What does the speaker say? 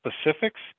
specifics